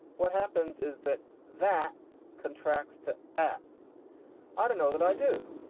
what happens is that that contracts to add i don't know that i do.